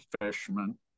fisherman